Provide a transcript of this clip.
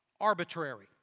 arbitrary